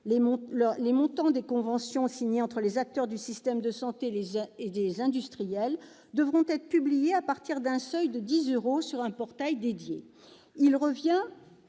Les montants des conventions signées entre les acteurs du système de santé et les industriels devront être publiés à partir d'un seuil de dix euros, sur un portail dédié. Il revient